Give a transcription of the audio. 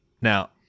Now